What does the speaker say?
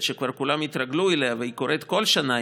שכבר כולם התרגלו אליה והיא קורית כל שנה,